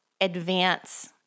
advance